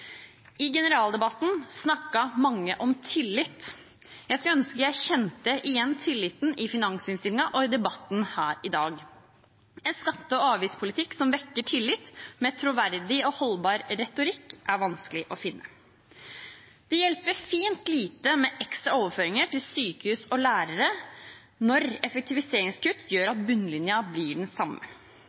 I generaldebatten snakket mange om tillit. Jeg skulle ønske jeg kjente igjen tilliten i finansinnstillingen og i debatten her i dag. En skatte- og avgiftspolitikk som vekker tillit, med troverdig og holdbar retorikk, er vanskelig å finne. Det hjelper fint lite med ekstra overføringer til sykehus og lærere når effektiviseringskutt gjør at bunnlinjen blir den samme.